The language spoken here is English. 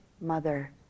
mother